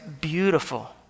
beautiful